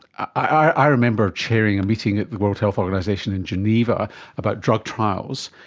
i remember chairing a meeting at the world health organisation in geneva about drug trials,